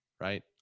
right